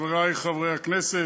חברי חברי הכנסת,